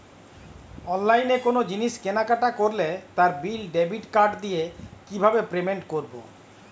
অনলাইনে কোনো জিনিস কেনাকাটা করলে তার বিল ডেবিট কার্ড দিয়ে কিভাবে পেমেন্ট করবো?